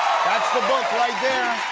that's the book right there.